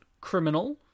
criminal